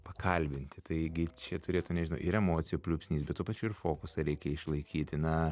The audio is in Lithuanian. pakalbinti taigi čia turėtų nežinau ir emocijų pliūpsnis bet tuo pačiu ir fokusą reikia išlaikyti na